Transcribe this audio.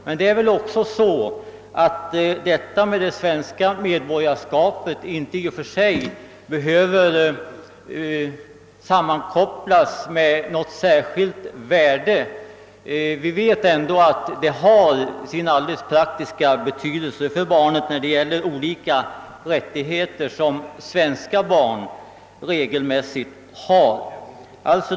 Det svenska medborgarskapet behöver väl inte i och för sig sammankopplas med något särskilt värde; vi vet ändå att det har sin praktiska betydelse för barnet när det gäller olika rättigheter som svenska barn regelmässigt har.